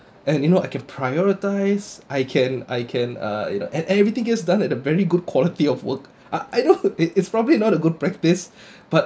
and you know I can prioritise I can I can uh you know and everything gets done at a very good quality of work I know it's probably not a good practice but